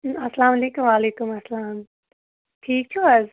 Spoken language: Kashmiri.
اسلامُ علیکُم وعلیکُم اسلام ٹھیٖک چھِو حظ